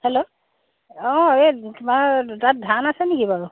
hello অঁ এই তোমাৰ তাত ধান আছে নেকি বাৰু